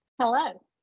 Hello